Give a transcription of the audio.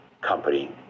company